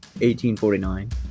1849